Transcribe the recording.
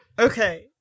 Okay